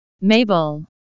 Mabel